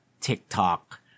TikTok